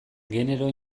genero